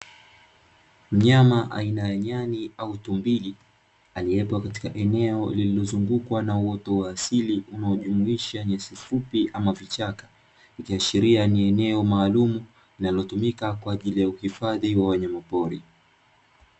Mnyama aina ya nyani au tumbili aliyeko katika eneo lililozungukwa na uoto wa asili unaijumuisha nyasi fupi ama vichaka, ikiashiria ni eneo maalumu linalotumika kwa ajili ya uhifadhi wa wanyama pori.